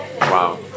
wow